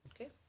Okay